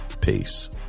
Peace